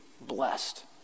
blessed